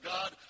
God